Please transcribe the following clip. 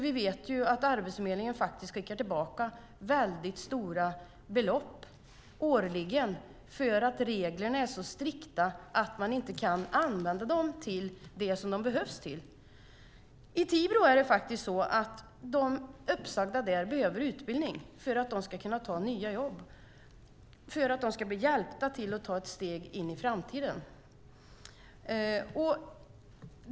Vi vet ju att Arbetsförmedlingen skickar tillbaka väldigt stora belopp årligen därför att reglerna är så strikta att man inte kan använda pengarna till det som de behövs. I Tibro behöver de uppsagda utbildning för att de ska kunna ta nya jobb och bli hjälpta till att ta ett steg in i framtiden.